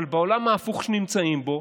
אבל בעולם ההפוך שנמצאים בו,